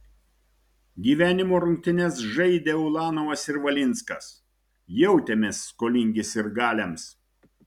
gyvenimo rungtynes žaidę ulanovas ir valinskas jautėmės skolingi sirgaliams